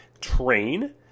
train